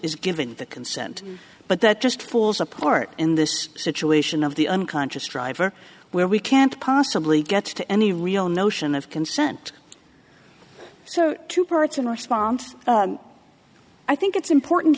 is given the consent but that just falls apart in this situation of the unconscious driver where we can't possibly get to any real notion of consent so to parts in response i think it's important